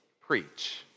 Preach